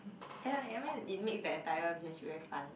and I I mean it makes the entire relationship very fun